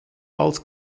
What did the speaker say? als